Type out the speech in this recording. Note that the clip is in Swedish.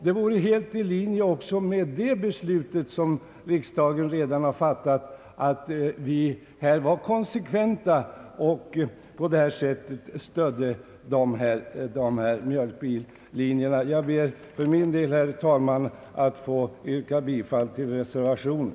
Det vore alltså helt i linje med det beslut som riksdagen redan har fattat, att vi vore konsekventa och på detta sätt stödde mjölkbillinjerna. Jag ber, herr talman, att få yrka bifall till reservationen.